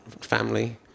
family